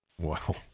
Wow